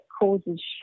causes